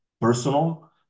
personal